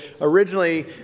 originally